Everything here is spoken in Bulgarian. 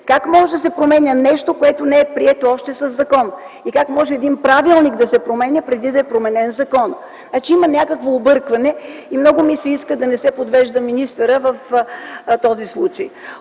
Как може да се променя нещо, което още не е прието със закон? Как може един правилник да се променя, преди да е променен законът? Значи има някакво объркване и много ми се иска министърът да не се подвежда в този случай.